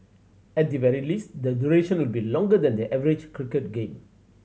at the very least the duration will be longer than the average cricket game